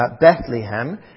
Bethlehem